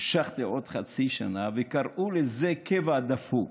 המשכתי עוד חצי שנה וקראו לזה "קבע דפוק",